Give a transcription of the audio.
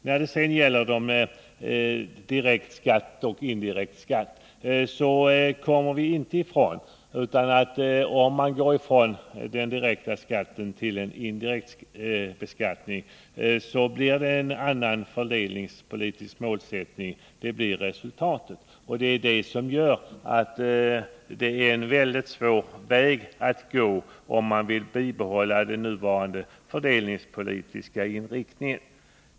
När det sedan gäller direkt eller indirekt skatt kommer vi inte ifrån att resultatet av en övergång från direkt till indirekt beskattning innebär en annan fördelningspolitisk målsättning. Det vore därför mycket svårt att gå den vägen, om man vill bibehålla den nuvarande fördelningspolitiska inriktningen.